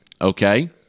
Okay